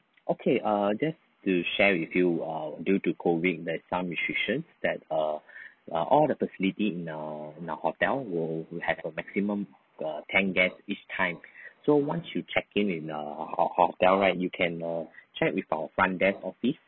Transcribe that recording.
okay err just to share with you err due to COVID there's some restriction that err all the facility in our in our hotel will will have a maximum err ten guest each time so once you checked in in err our hotel right you can err check with our front desk office